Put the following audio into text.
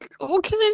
Okay